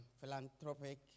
philanthropic